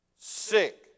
sick